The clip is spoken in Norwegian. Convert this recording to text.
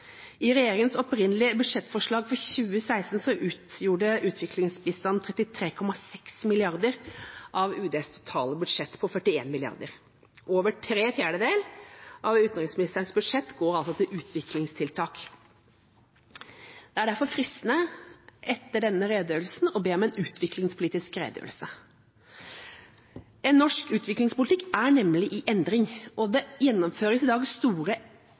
I regjeringas opprinnelige budsjettforslag for 2016 utgjorde utviklingsbistanden 33,6 mrd. kr av UDs totale budsjett på 41 mrd. kr. Over tre fjerdedeler av utenriksministerens budsjett går altså til utviklingstiltak. Det er derfor fristende etter denne redegjørelsen å be om en utviklingspolitisk redegjørelse. Norsk utviklingspolitikk er nemlig i endring, og det gjennomføres i dag store